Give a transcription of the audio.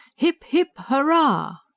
hip, hip, hurrah!